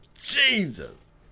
Jesus